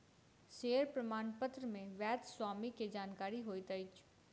share प्रमाणपत्र मे वैध स्वामी के जानकारी होइत अछि